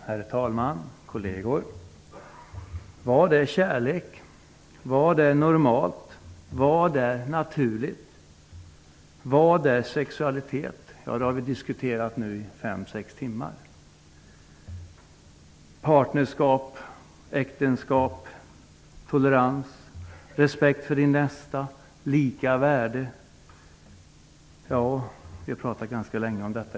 Herr talman! Kolleger! Vad är kärlek? Vad är normalt? Vad är naturligt? Vad är sexualitet? Det har vi diskuterat nu i fem sex timmar. Partnerskap, äktenskap, tolerans, respekt för din nästa, lika värde -- vi har pratat ganska länge om detta.